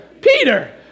Peter